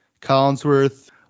Collinsworth